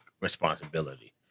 responsibility